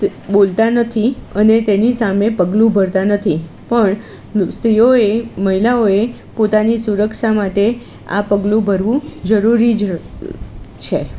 બોલતા નથી અને તેની સામે પગલું ભરતા નથી પણ સ્ત્રીઓએ મહિલાઓએ પોતાની સુરક્ષા માટે આ પગલું ભરવું જરૂરીજ છે